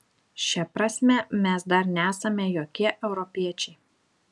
šia prasme mes dar nesame jokie europiečiai